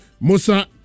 Musa